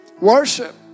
Worship